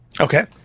Okay